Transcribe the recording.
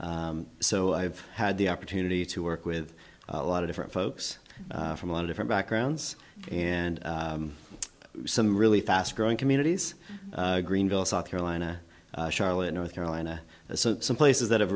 states so i've had the opportunity to work with a lot of different folks from all different backgrounds and some really fast growing communities greenville south carolina charlotte north carolina some places that have